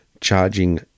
charging